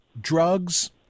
drugs